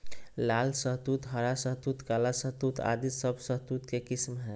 लाल शहतूत, हरा शहतूत, काला शहतूत आदि सब शहतूत के किस्म हय